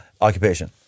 occupation